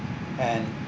and